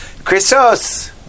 Christos